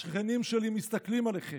השכנים שלי מסתכלים עליכם.